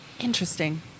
Interesting